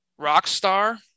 Rockstar